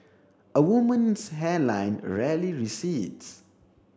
a woman's hairline rarely recedes